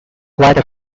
quite